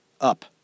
up